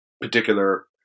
particular